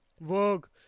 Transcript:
work